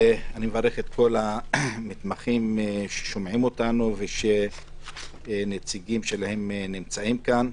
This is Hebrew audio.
אני מברך את כל המתמחים ששומעים אותנו ושנציגים שלהם נמצאים כאן,